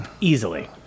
Easily